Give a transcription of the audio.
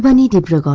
but needed for